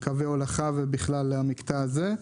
לגבי קווי הולכה והמקטע הזה.